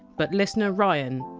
but listener ryan,